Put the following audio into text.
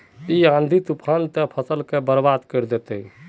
इ आँधी तूफान ते फसल के बर्बाद कर देते?